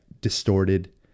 distorted